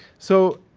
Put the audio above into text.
so,